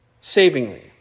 savingly